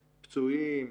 פצועים,